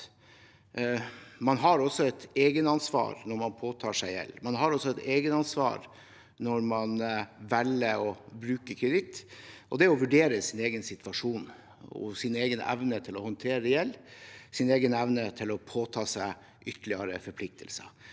man har et eget ansvar når man påtar seg gjeld. Man har også et eget ansvar når man velger å bruke kreditt, og for å vurdere sin egen situasjon, sin egen evne til å håndtere gjeld og sin egen evne til å påta seg ytterligere forpliktelser.